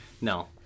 no